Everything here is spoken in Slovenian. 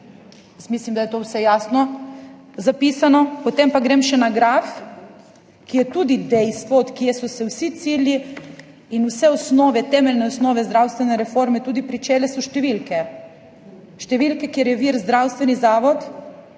Mislim, da je to vse jasno zapisano. Potem pa grem še na graf, ki je tudi dejstvo, [tisto], od koder so se vsi cilji in vse osnove, temeljne osnove zdravstvene reforme pričele, so številke. Številke, katerih vir je zdravstveni zavod.